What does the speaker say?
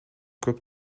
көп